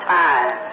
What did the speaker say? time